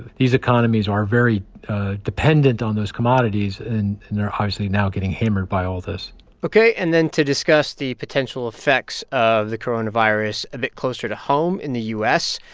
these economies are very dependent on those commodities, and they're obviously now getting hammered by all this ok. and then to discuss the potential effects of the coronavirus a bit closer to home in the u s,